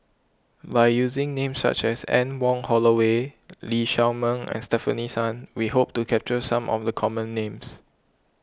by using names such as Anne Wong Holloway Lee Shao Meng and Stefanie Sun we hope to capture some of the common names